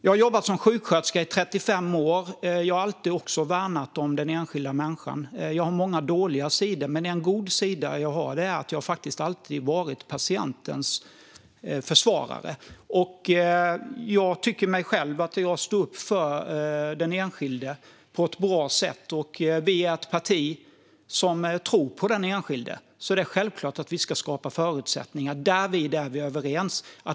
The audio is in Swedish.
Jag har jobbat som sjuksköterska i 35 år och också alltid värnat den enskilda människan. Jag har många dåliga sidor, men en god sida jag har är att jag faktiskt alltid har varit patientens försvarare. Jag tycker själv att jag står upp för den enskilde på ett bra sätt, och vi är ett parti som tror på den enskilde. Det är därför självklart att vi ska skapa förutsättningar; därvid är vi överens.